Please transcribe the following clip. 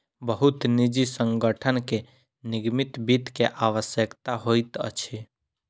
बहुत निजी संगठन के निगमित वित्त के आवश्यकता होइत अछि